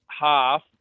half